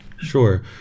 Sure